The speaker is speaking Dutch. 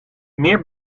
meer